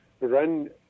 run